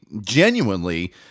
genuinely